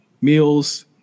Meals